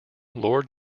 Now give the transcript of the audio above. lord